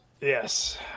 Yes